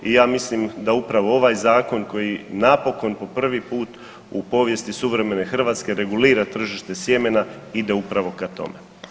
I ja mislim da upravo ovaj zakon koji napokon po prvi put u povijesti suvremene Hrvatske regulira tržište sjemena ide upravo ka tome.